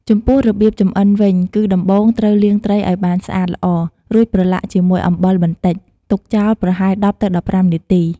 ចំពោះរបៀបចម្អិនវិញគឺដំបូងត្រូវ លាងត្រីឱ្យបានស្អាតល្អ រួចប្រឡាក់ជាមួយអំបិលបន្តិច ទុកចោលប្រហែល ១០ទៅ១៥ នាទី។